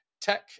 Tech